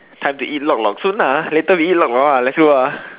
time to eat lok-lok soon ah later we eat lok-lok lah let's go ah